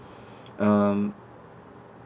um